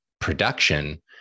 production